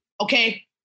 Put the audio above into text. Okay